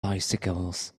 bicycles